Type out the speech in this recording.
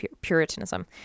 puritanism